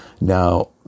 Now